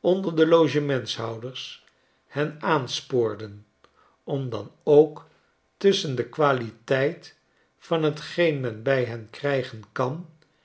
onder de logementhoudershen aanspoorden om dan ook tusschen de qualiteit van t geen men bij hen krijgen kan